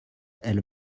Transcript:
elles